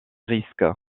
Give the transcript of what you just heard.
risques